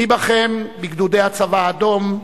מי בכם בגדודי הצבא האדום,